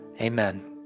amen